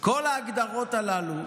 כל ההגדרות הללו